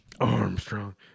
Armstrong